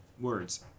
words